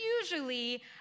usually